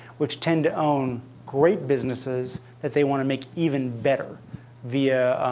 which tend to own great businesses that they want to make even better via